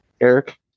Eric